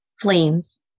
flames